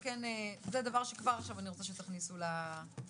זה דבר שכבר עכשיו אני רוצה שתכניסו לתיקונים,